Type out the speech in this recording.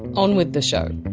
on with the show